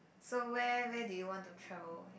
so where where do you want to travel